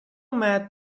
met